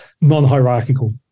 non-hierarchical